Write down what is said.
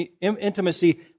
intimacy